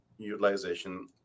utilization